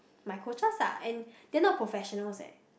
my coaches ah and they not professionals leh